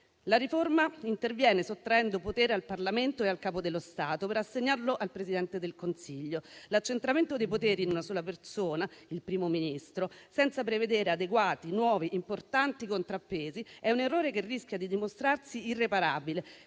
La riforma interviene sottraendo potere al Parlamento e al Capo dello Stato per assegnarlo al Presidente del Consiglio. L'accentramento dei poteri in una sola persona, il Primo Ministro, senza prevedere adeguati nuovi e importanti contrappesi, è un errore che rischia di dimostrarsi irreparabile,